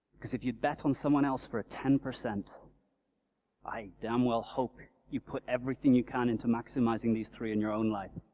because if you'd bet on someone else for ten, i i damn well hope you put everything you can into maximizing these three in your own life.